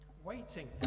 waiting